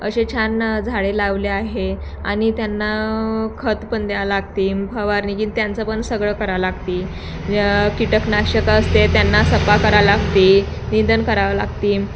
असे छान झाडे लावले आहे आणि त्यांना खत पण द्यावं लागते फवारणीघीन त्यांचं पण सगळं करावं लागते कीटकनाशकं असते त्यांना सफा करा लागते निंदणी करावं लागते